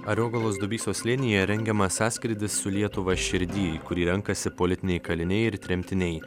ariogalos dubysos slėnyje rengiamas sąskrydis su lietuva širdy kur renkasi politiniai kaliniai ir tremtiniai